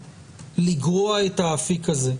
לגרוע את האפיק הזה.